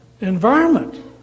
environment